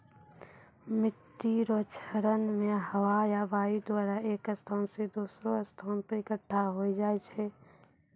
मिट्टी रो क्षरण मे हवा या वायु द्वारा एक स्थान से दोसरो स्थान पर इकट्ठा होय जाय छै